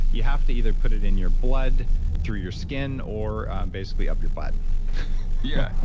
you have to either put it in your blood through your skin, or basically up your butt yeah,